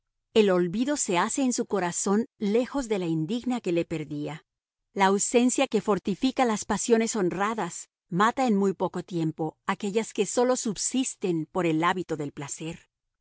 el olvido se hace en su corazón lejos de la indigna que le perdía la ausencia que fortifica las pasiones honradas mata en muy poco tiempo aquellas que sólo subsisten por el hábito del placer